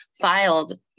filed